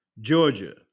Georgia